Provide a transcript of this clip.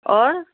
आओर